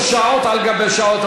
אנחנו מבזבזים פה שעות על גבי שעות,